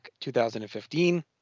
2015